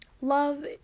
love